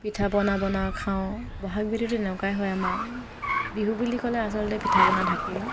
পিঠা পনা বনাও খাওঁ বহাগ বিহুটো তেনেকুৱাই হয় আমাৰ বিহু বুলি ক'লে আচলতে পিঠা পনা থাকেই